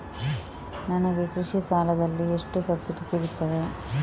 ನನಗೆ ಕೃಷಿ ಸಾಲದಲ್ಲಿ ಎಷ್ಟು ಸಬ್ಸಿಡಿ ಸೀಗುತ್ತದೆ?